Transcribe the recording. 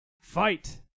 fight